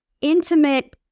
intimate